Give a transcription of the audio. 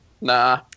Nah